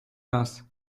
нас